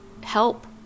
help